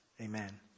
Amen